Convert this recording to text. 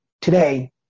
today